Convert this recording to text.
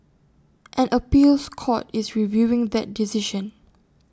an appeals court is reviewing that decision